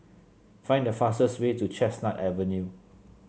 find the fastest way to Chestnut Avenue